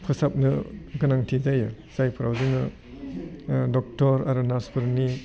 फोसाबनो गोनांथि जायो जायफोराव जोङो डक्टर आरो नार्सफोरनि